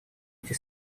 эти